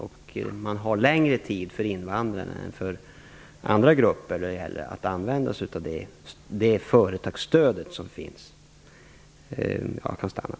Det företagsstödet finns. Det är fråga om längre tid för invandrare än för andra grupper.